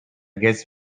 guess